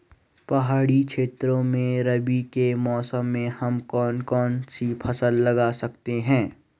पहाड़ी क्षेत्रों में रबी के मौसम में हम कौन कौन सी फसल लगा सकते हैं?